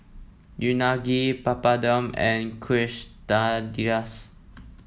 Unagi Papadum and Quesadillas